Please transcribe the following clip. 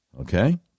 okay